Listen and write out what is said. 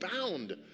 bound